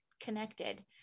connected